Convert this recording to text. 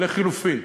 לחלופין.